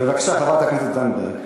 בבקשה, חברת הכנסת זנדברג.